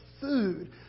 food